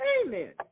Amen